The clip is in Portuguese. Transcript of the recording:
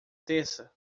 terça